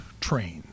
trains